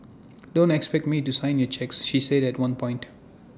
don't expect me to sign your cheques she said at one point